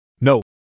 No